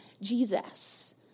Jesus